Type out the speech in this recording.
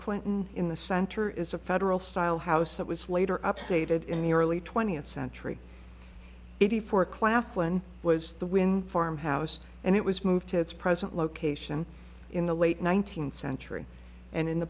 clinton in the center is a federal style house that was later updated in the early twentieth century eighty four claflin was the wind farm house and it was moved to its present location in the late nineteenth century and in the